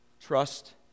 Trust